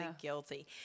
guilty